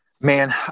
Man